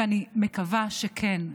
ואני מקווה שכן,